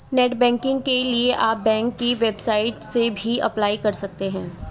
net banking के लिए आप बैंक की वेबसाइट से भी अप्लाई कर सकते है